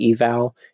eval